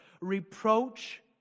Reproach